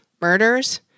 murders